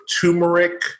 turmeric